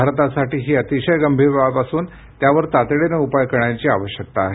भारतासाठी ही अतिशय गंभीर बाब असून त्यावर तातडीनं उपाय कऱण्याची आवश्यकता आहे